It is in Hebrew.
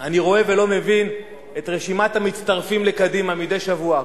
אני רואה ולא מבין את רשימת המצטרפים לקדימה מדי שבוע,